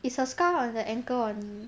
is her scar on the ankle or knee